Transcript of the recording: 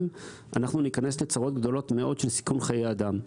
אנחנו ניכנס לצרות גדולות מאוד של סיכון חיי אדם.